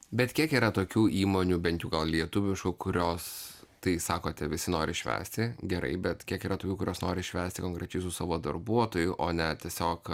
bet kiek yra tokių įmonių bent jau gal lietuviškų kurios tai sakote visi nori švęsti gerai bet kiek yra tokių kurios nori švęsti konkrečiai su savo darbuotojų o ne tiesiog